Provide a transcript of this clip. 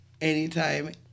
anytime